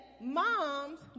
moms